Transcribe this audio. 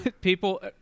people